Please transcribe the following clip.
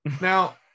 Now